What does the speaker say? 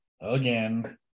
again